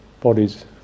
bodies